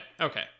okay